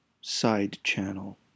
side-channel